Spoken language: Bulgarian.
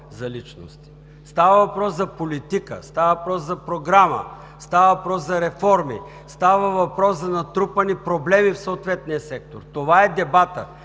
за личности. Става въпрос за политика, става въпрос за програма, става въпрос за реформи, става въпрос за натрупани проблеми в съответния сектор. Това е дебатът.